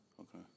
okay